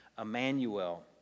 Emmanuel